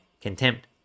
contempt